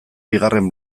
bigarren